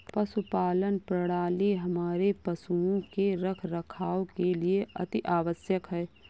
पशुपालन प्रणाली हमारे पशुओं के रखरखाव के लिए अति आवश्यक है